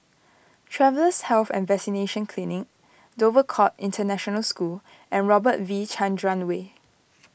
Travellers' Health and Vaccination Clinic Dover Court International School and Robert V Chandran Way